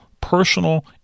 personal